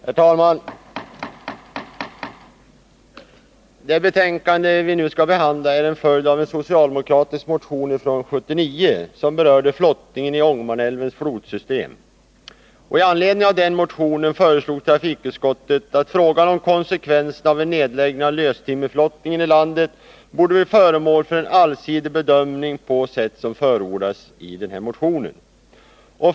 Herr taiman! Det betänkande vi nu behandlar är en följd av en socialdemokratisk motion från 1979 som berörde flottningen i Ångermanälvens flodsystem. Med anledning av den föreslog trafikutskottet att frågan om konsekvenserna av en nedläggning av löstimmerflottningen i landet skulle bli föremål för en allsidig bedömning på sätt som förordades i motionen.